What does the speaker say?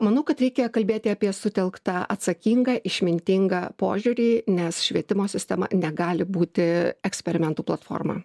manau kad reikia kalbėti apie sutelktą atsakingą išmintingą požiūrį nes švietimo sistema negali būti eksperimentų platforma